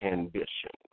Ambition